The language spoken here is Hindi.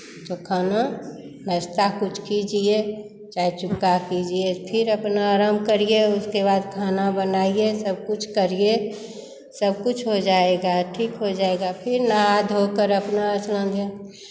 तो खाना नाश्ता कुछ कीजिये चाहे कीजिये फिर अपना आराम करिये उसके बाद खाना बनाइये सब कुछ करिये सब कुछ हो जाएगा ठीक हो जाएगा फिर नहा धोकर अपना स्नान ध्यान